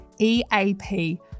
EAP